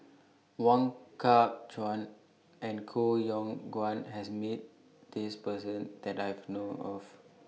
Wong Kah Chun and Koh Yong Guan has Met This Person that I know of